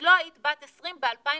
לא היית בת 20 ב-2019.